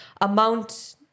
amount